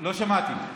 לא שמעתי.